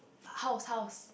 House House